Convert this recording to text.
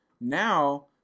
Now